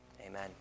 Amen